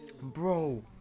Bro